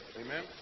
Amen